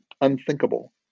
unthinkable